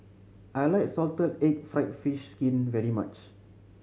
I like salted egg fried fish skin very much